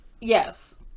yes